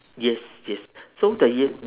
yes yes so the yel~